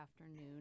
afternoon